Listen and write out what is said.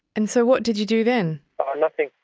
and so what did you do then? ah nothing.